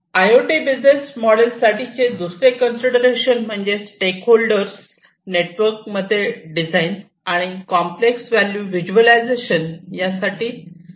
I O T business model साठीचे दुसरे consideration म्हणजे स्टेक होल्डर नेटवर्कमध्ये डिझाईन आणि कॉम्प्लेक्स व्हॅल्यू व्हिज्युअलायझेशन यासाठी सपोर्ट असणे